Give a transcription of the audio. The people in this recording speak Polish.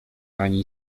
ani